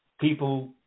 people